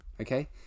Okay